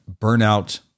burnout